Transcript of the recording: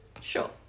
Sure